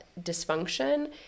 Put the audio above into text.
dysfunction